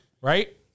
right